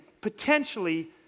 potentially